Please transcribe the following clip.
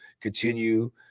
continue